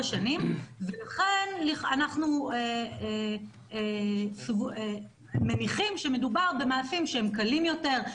שנים ולכן אנחנו מניחים שמדובר במעשים שהם קלים יותר,